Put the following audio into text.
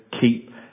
keep